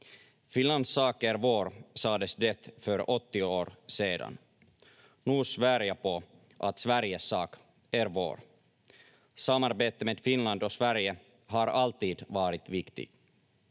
Finlands sak är vår, sades det för 80 år sedan. Nu svär jag på att Sveriges sak är vår. Samarbetet mellan Finland och Sverige har alltid varit viktigt.